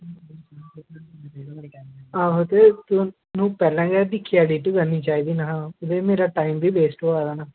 आहो ते ओह् पैह्लें गै दिक्खियै एडिट करनी चाहिदी ना ते वीर मेरा टाईम बी वेस्ट होया ना